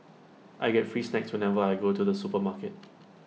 I get free snacks whenever I go to the supermarket